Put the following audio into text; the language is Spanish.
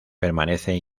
permanece